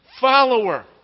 follower